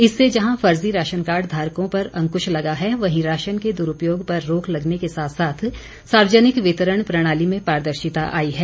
इससे जहां फर्जी राशन कार्ड धारकों पर अंकुश लगा है वहीं राशन के दुरूपयोग पर रोक लगने के साथ साथ सार्वजनिक वितरण प्रणाली में पारदर्शिता आई है